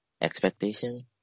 expectation